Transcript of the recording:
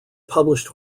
published